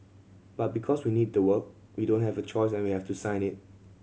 but because we need the work we don't have a choice and we have to sign it